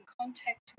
contact